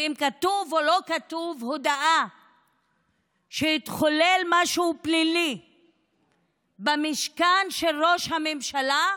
אם כתובה או לא כתובה הודאה שהתחולל משהו פלילי במשכן של ראש הממשלה,